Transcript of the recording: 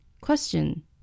Question